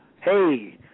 hey